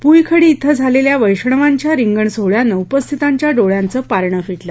पुईखडी श्व झालेल्या वैष्णवांच्या रिंगण सोहळ्यानं उपस्थितांच्या डोळ्यांचं पारण फिटलं